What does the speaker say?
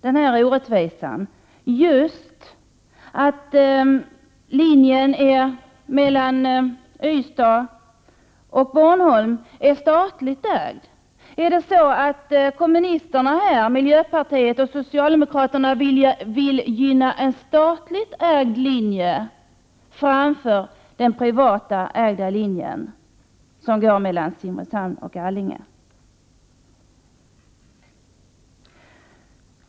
Beror orättvisan just på att linjen mellan Ystad och Bornholm är statligt ägd? Är det så att kommunisterna, miljöpartiet och socialdemokraterna vill gynna en statligt ägd linje framför den privatägda linjen mellan Simrishamn och Allinge?